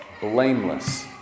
blameless